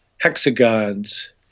hexagons